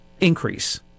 increase